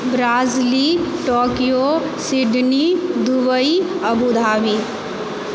Brazil Tokyo Sydney Dubai Abu Dhabi